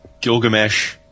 Gilgamesh